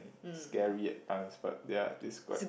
scary at times but they are described